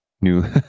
new